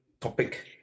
topic